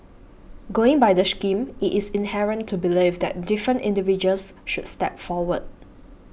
going by the scheme it is inherent to believe that different individuals should step forward